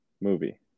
movie